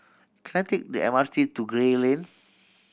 can I take the M R T to Gray Lane